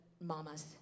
mamas